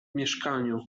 mieszkaniu